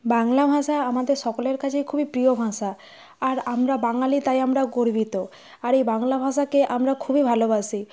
বাংলা ভাষা আমাদের সকলের কাছে খুবই প্রিয় ভাষা আর আমরা বাঙালি তাই আমরা গর্বিত আর এই বাংলা ভাষাকে আমরা খুবই ভালোবাসি